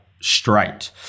straight